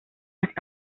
las